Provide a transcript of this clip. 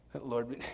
Lord